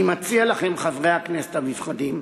אני מציע לכם, חברי הכנסת הנכבדים,